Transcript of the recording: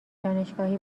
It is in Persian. دانشگاهی